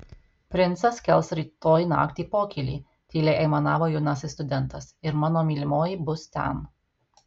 princas kels rytoj naktį pokylį tyliai aimanavo jaunasis studentas ir mano mylimoji bus ten